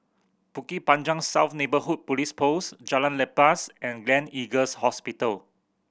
Bukit Panjang South Neighbourhood Police Post Jalan Lepas and Gleneagles Hospital